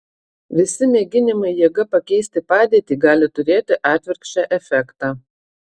visi mėginimai jėga pakeisti padėtį gali turėti atvirkščią efektą